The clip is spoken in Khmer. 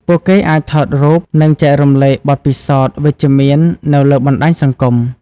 ពួកគេអាចថតរូប និងចែករំលែកបទពិសោធន៍វិជ្ជមាននៅលើបណ្តាញសង្គម។